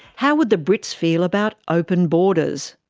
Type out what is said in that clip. how would the brits feel about open borders?